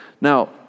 Now